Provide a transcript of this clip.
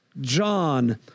John